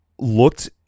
Looked